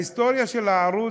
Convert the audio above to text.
ההיסטוריה של הערוץ,